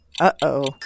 uh-oh